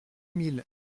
mille